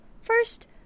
First